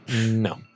No